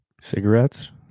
Cigarettes